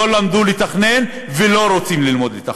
לא למדו לתכנן ולא רוצים ללמוד לתכנן,